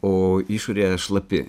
o išorėje šlapi